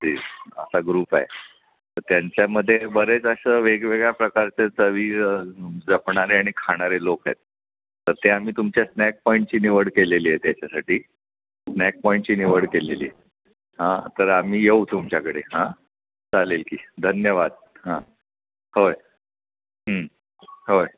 तीस असा ग्रुप आहे तर त्यांच्यामध्ये बरेच असं वेगवेगळ्या प्रकारचे चवी जपणारे आणि खाणारे लोक आहेत तर ते आम्ही तुमच्या स्नॅक पॉईंटची निवड केलेली आहे त्याच्यासाठी स्नॅक पॉईंटची निवड केलेली आहे हां तर आम्ही येऊ तुमच्याकडे हां चालेल की धन्यवाद हां होय होय